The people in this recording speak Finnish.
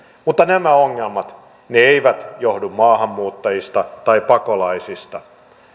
mutta nämä ongelmat eivät johdu maahanmuuttajista tai pakolaisista